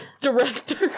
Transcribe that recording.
director